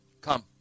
come